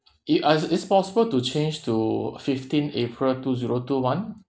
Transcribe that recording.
i~ uh is it possible to change to fifteen april two zero two one